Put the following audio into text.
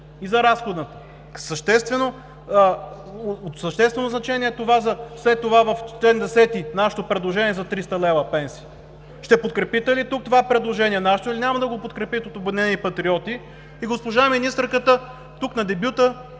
и за разходната. От съществено значение е това за след това в чл. 10 – нашето предложение за 300 лв. пенсия. Ще подкрепите ли тук това предложение – нашето, или няма да го подкрепите от „Обединени патриоти“? И госпожа министърката е хубаво тук на дебюта